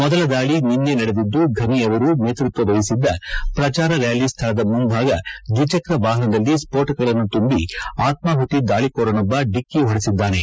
ಮೊದಲ ದಾಳಿ ನಿನ್ನೆ ನಡೆದಿದ್ದು ಫನಿ ಅವರು ನೇತೃತ್ವ ವಹಿಸಿದ್ದ ಪ್ರಚಾರ ರ್ಯಾಲಿ ಸ್ದಳದ ಮುಂಭಾಗ ದ್ವಿಚಕ್ರ ವಾಹನದಲ್ಲಿ ಸ್ಪೋಣಕಗಳನ್ನು ತುಂಬಿ ಆತ್ಮಾಹುತಿ ದಾಳಿಕೋರನೊಬ್ಬ ಡಿಕ್ಕಿ ಹೊಡೆಸಿದ್ದಾನೆ